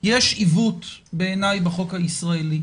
עיוות בעיני בחוק הישראלי,